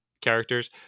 characters